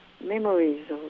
memories